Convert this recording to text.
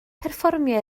perfformio